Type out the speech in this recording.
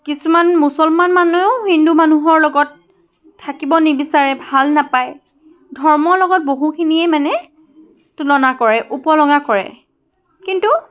কিছুমান মুছলমান মানুহেও হিন্দু মানুহৰ লগত থাকিব নিবিচাৰে ভাল নাপায় ধৰ্মৰ লগত বহুখিনিয়ে মানে তুলনা কৰে উপলুঙা কৰে কিন্তু